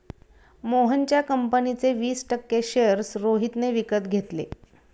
मोहनच्या कंपनीचे वीस टक्के शेअर्स रोहितने विकत घेतले